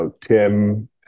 Tim